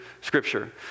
Scripture